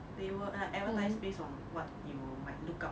they will like advertise base on what you might look out